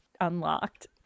unlocked